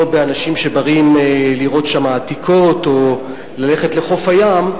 לא באנשים שבאים לראות שם עתיקות או ללכת לחוף הים,